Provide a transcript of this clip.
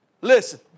Listen